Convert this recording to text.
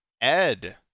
ed